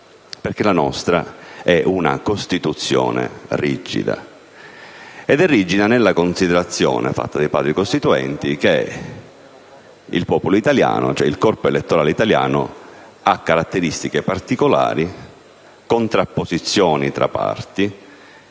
perché la nostra è una Costituzione rigida, nella considerazione fatta dai Padri costituenti che il corpo elettorale italiano ha caratteristiche particolari, contrapposizioni tra parti,